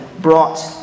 brought